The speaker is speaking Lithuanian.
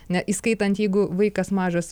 ne įskaitant jeigu vaikas mažas